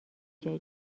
جای